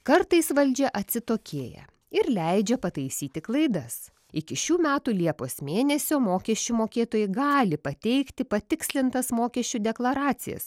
kartais valdžia atsitokėja ir leidžia pataisyti klaidas iki šių metų liepos mėnesio mokesčių mokėtojai gali pateikti patikslintas mokesčių deklaracijas